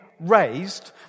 raised